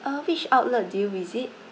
uh which outlet do you visit